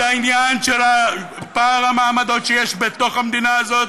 העניין של פער המעמדות שיש בתוך המדינה הזאת,